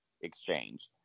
exchange